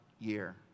year